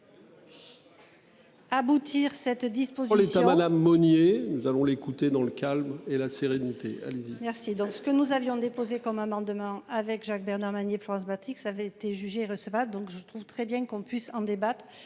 Aboutir cette 10. Pour l'État Madame Monnier, nous allons l'écouter dans le calme et la sérénité. Allez-y. Merci. Dans ce que nous avions déposé comme amendement avec Jacques Bernard Magner Florence que ça avait été jugée recevable. Donc je trouve très bien qu'on puisse en débattre.